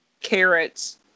carrots